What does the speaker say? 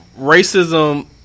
racism